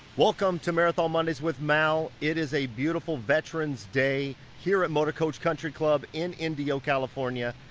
welcome to marathon mondays with mal. it is a beautiful veterans day here at motorcoach country club in indio, california,